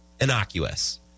innocuous